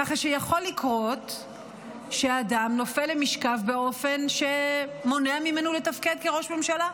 ככה שיכול לקרות שאדם נופל למשכב באופן שמונע ממנו לתפקד כראש ממשלה.